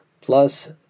plus